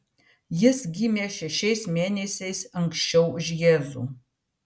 jis gimė šešiais mėnesiais anksčiau už jėzų